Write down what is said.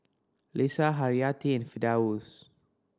Lisa Haryati and Firdaus